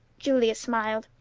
julia smiled.